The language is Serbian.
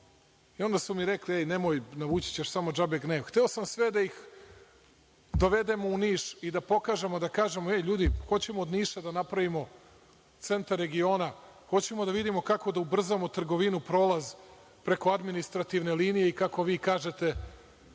i onda su mi rekli – nemoj, navući ćeš samo džabe gnev. Hteo sam samo sve da ih dovedem u Niš i da pokažemo, da kažemo – ej, ljudi hoćemo od Niša da napravimo centar regiona, hoćemo da vidimo kako da ubrzamo trgovinu, prolaz preko administrativne linije, kako vi kažete,